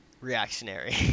reactionary